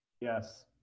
Yes